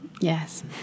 Yes